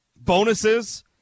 bonuses